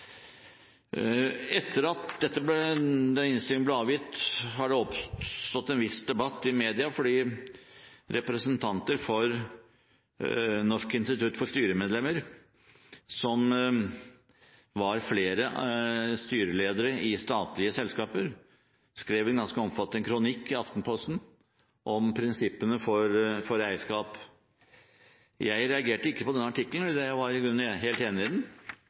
Etter at innstillingen ble avgitt, har det oppstått en viss debatt i media fordi representanter for Norsk Institutt for Styremedlemmer – flere var styreledere i statlige selskaper – skrev en ganske omfattende kronikk i Aftenposten om prinsippene for eierskap. Jeg reagerte ikke på den artikkelen, da jeg i grunnen var helt enig i